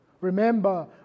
Remember